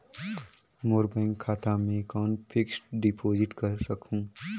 मोर bank खाता मे कौन फिक्स्ड डिपॉजिट कर सकहुं?